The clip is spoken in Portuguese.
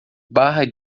barra